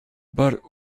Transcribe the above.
but